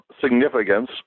significance